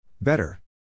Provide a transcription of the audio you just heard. Better